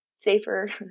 safer